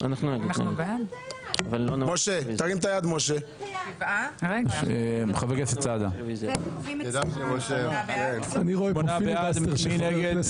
7. מי נגד?